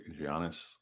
Giannis